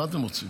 מה אתם רוצים?